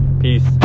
Peace